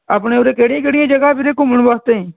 ਆਪਣੇ ਉਰੇ ਕਿਹੜੀਆਂ ਕਿਹੜੀਆਂ ਜਗ੍ਹਾ ਵੀਰੇ ਘੁੰਮਣ ਵਾਸਤੇ